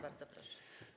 Bardzo proszę.